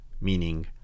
Meaning